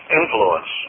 influence